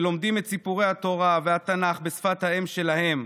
ולומדים את סיפורי התורה והתנ"ך בשפת האם שלהם,